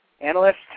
analyst